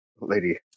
lady